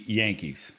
yankees